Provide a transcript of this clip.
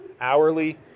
hourly